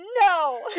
no